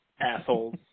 Assholes